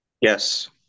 Yes